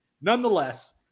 Nonetheless